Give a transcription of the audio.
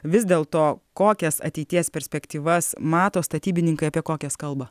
vis dėl to kokias ateities perspektyvas mato statybininkai apie kokias kalba